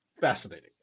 fascinating